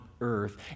earth